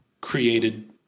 created